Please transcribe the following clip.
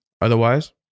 Otherwise